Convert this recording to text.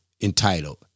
entitled